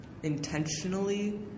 intentionally